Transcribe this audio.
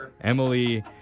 Emily